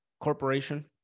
corporation